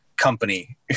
company